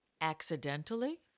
accidentally